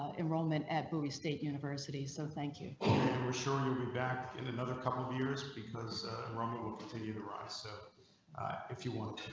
ah enrollment at bui state university. so thank you for sure back in another couple of years because wrong it will continue to rise. so if you want